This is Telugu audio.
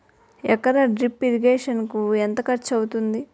ఎకర డ్రిప్ ఇరిగేషన్ కి ఎంత ఖర్చు అవుతుంది?